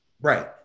Right